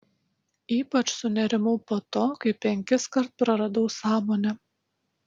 ypač sunerimau po to kai penkiskart praradau sąmonę